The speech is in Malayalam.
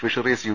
fisheries U